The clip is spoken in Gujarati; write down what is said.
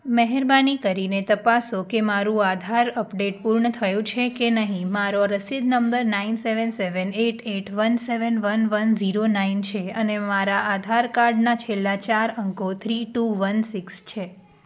મહેરબાની કરીને તપાસો કે મારું આધાર અપડેટ પૂર્ણ થયું છે કે નહીં મારો રસીદ number nine seven seven eight eight one seven one one zero nine છે અને મારા આધારકાર્ડના છેલ્લા ચાર અંકો થ્રી ટુ વન સિક્સ છે